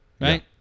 right